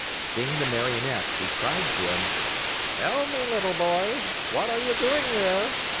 seeing the marionette, he cried to him tell me, little boy, what are you doing there?